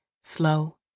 Slow